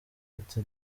ati